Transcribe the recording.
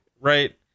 right